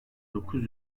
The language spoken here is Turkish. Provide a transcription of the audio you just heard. dokuz